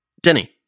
Denny